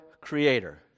creator